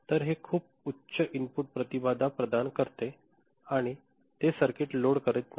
तर हे खूप उच्च इनपुट प्रतिबाधा प्रदान करते आणि ते सर्किट लोड करत नाही